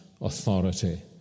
authority